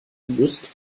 august